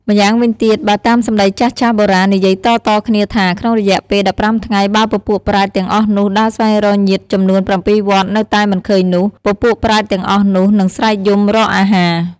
ម្យ៉ាងវិញទៀតបើតាមសម្ដីចាស់ៗបុរាណ និយាយតៗគ្នាថា ក្នុងរយៈពេល ១៥ថ្ងៃបើពពួកប្រែតទាំងអស់នោះដើរស្វែងរកញាតិចំនួន៧វត្តនៅតែមិនឃើញនោះ ពពួកប្រែតទាំងអស់នោះ នឹងស្រែកយំរកអាហារ។